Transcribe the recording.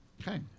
Okay